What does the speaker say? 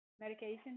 medication